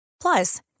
Plus